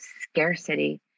scarcity